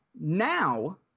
Now